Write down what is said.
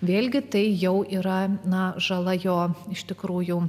vėlgi tai jau yra na žala jo iš tikrųjų